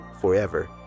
forever